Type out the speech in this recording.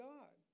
God